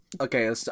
okay